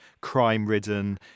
crime-ridden